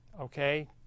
Okay